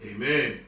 Amen